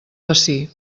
bací